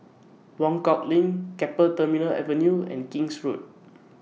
Buangkok LINK Keppel Terminal Avenue and King's Road